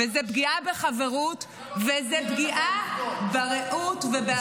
זו פגיעה בחברות וזו פגיעה ברעות ובתמיכה בזולת.